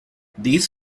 these